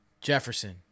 Jefferson